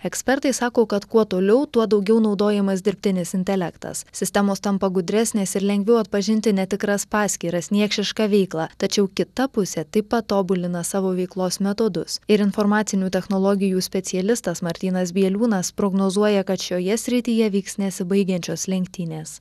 ekspertai sako kad kuo toliau tuo daugiau naudojamas dirbtinis intelektas sistemos tampa gudresnės ir lengviau atpažinti netikras paskyras niekšišką veiklą tačiau kita pusė taip pat tobulina savo veiklos metodus ir informacinių technologijų specialistas martynas bieliūnas prognozuoja kad šioje srityje vyks nesibaigiančios lenktynės